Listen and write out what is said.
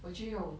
我就用